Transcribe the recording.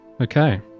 Okay